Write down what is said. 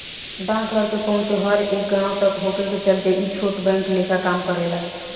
डाकघर के पहुंच हर एक गांव तक होखे के चलते ई छोट बैंक लेखा काम करेला